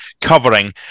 covering